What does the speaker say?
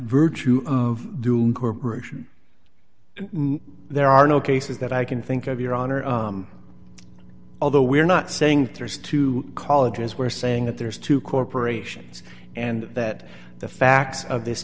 virtue of dune corporation there are no cases that i can think of your honor although we're not saying there's two colleges we're saying that there's two corporations and that the facts of this